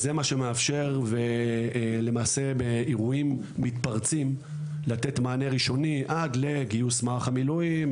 זה מה שמאפשר לתת מענה ראשוני לאירועים מתפרצים עד לגיוס מערך המילואים,